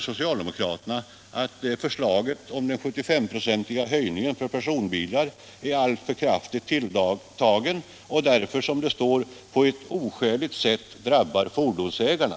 Socialdemokraterna anser att förslaget om en 75-procentig höjning av fordonsskatten för personbilar är alltför kraftigt tilltagen och därför, som det står i reservationen, på ett oskäligt sätt drabbar fordonsägarna.